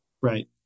Right